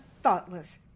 thoughtless